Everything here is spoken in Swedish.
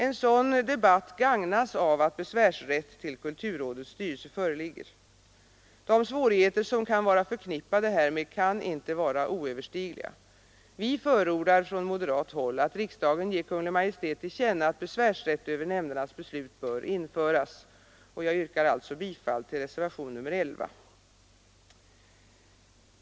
En sådan debatt gagnas av att besvärsrätt till kulturrådets styrelse föreligger. De svårigheter som kan vara förknippade härmed kan inte vara oöverstigliga. Vi förordar från moderat håll att riksdagen ger Kungl. Maj:t till känna att besvärsrätt över nämndernas beslut bör införas. Jag yrkar alltså bifall till reservationen 11.